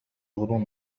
غضون